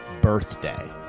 birthday